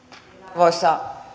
arvoisa